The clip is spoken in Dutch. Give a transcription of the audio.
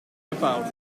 bepaald